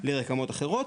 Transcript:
בקרב ערבים,